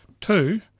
Two